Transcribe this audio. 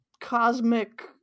cosmic